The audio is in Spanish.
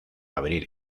abrir